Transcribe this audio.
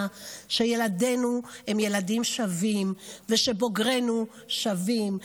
שילדינו הם ילדים שווים ושבוגרינו שווים,